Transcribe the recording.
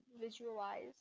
visualize